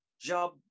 job